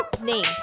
name